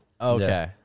Okay